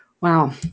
Wow